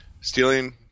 stealing